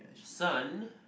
son